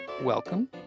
welcome